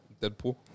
Deadpool